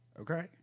Okay